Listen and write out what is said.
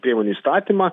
priemonių įstatymą